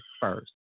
first